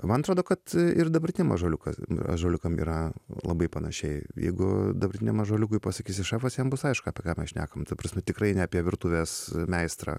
man atrodo kad ir dabartim ąžuoliukas ąžuoliukam yra labai panašiai jeigu dabartiniam ąžuoliukui pasakysi šefas jam bus aišku apie ką mes šnekam ta prasme tikrai ne apie virtuvės meistrą